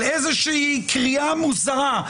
על קריאה מוזרה.